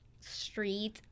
street